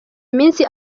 iminsi